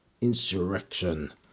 insurrection